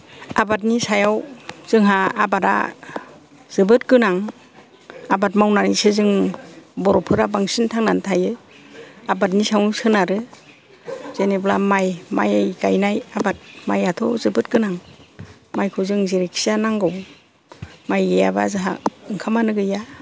आबादनि सायाव जोंहा आबादा जोबोद गोनां आबाद मावनानैसो जों बर'फोरा बांसिन थांनानै थायो आबादनि सायावनो सोनारो जेनेबा माइ माइ गायनाय आबाद माइयाथ' जोबोद गोनां माइखौ जों जेरैखि जाया नांगौ माइ गैयाबा जोंहा ओंखामानो गैया